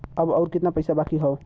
अब अउर कितना पईसा बाकी हव?